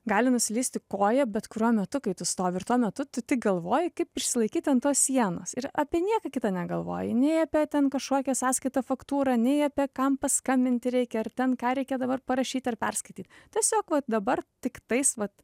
gali nuslysti koja bet kuriuo metu kai tu stovi ir tuo metu tu tik galvoji kaip išsilaikyti ant tos sienos ir apie nieką kita negalvoji nei apie ten kažkokią sąskaitą faktūrą nei apie kam paskambinti reikia ar ten ką reikia dabar parašyti ar perskaityt tiesiog va dabar tiktais vat